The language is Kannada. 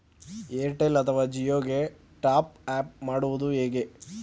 ಏರ್ಟೆಲ್ ಅಥವಾ ಜಿಯೊ ಗೆ ಟಾಪ್ಅಪ್ ಮಾಡುವುದು ಹೇಗೆ?